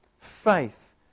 faith